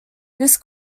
this